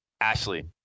Ashley